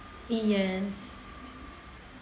yes